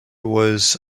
was